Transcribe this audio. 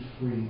free